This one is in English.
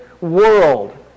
world